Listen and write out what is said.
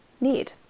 need